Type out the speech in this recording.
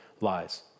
lies